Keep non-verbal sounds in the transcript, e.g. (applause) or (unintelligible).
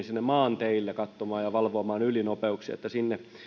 (unintelligible) sinne maanteille katsomaan ja valvomaan ylinopeuksia sinne